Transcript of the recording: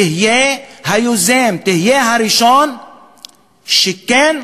תהיה היוזם, תהיה הראשון ש-כן,